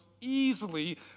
easily